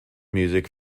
music